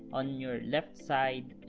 on your left side,